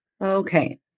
Okay